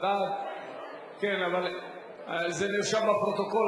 זה נרשם בפרוטוקול,